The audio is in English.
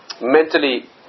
mentally